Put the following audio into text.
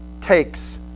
takes